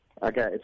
Okay